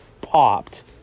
popped